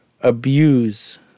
abuse